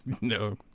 no